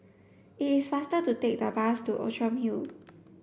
it is faster to take the bus to Outram Hill